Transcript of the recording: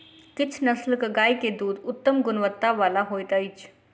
किछ नस्लक गाय के दूध उत्तम गुणवत्ता बला होइत अछि